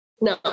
No